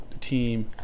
team